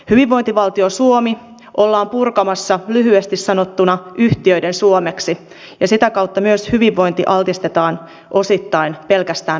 hyvinvointivaltio suomi ollaan purkamassa lyhyesti sanottuna yhtiöiden suomeksi ja sitä kautta myös hyvinvointi altistetaan osittain pelkästään rahalle